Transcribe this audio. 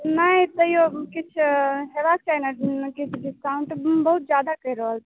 नहि तैयो किछु हेबाक चाही ने किछु डिस्काउंट बिल बहुत ज्यादा कहि रहल छियै